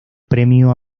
premio